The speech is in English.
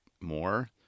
more